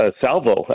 salvo